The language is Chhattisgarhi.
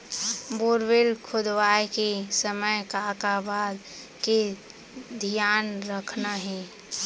बोरवेल खोदवाए के समय का का बात के धियान रखना हे?